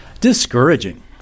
discouraging